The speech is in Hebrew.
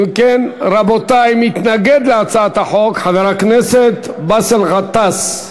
רבותי, מתנגד להצעת החוק חבר הכנסת באסל גטאס.